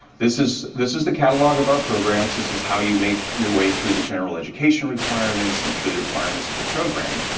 this is this is the catalog of our programs, this is how you make your way through the general education requirements, and through the requirements of the program.